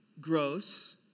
gross